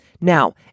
Now